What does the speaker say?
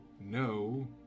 no